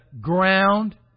ground